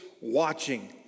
watching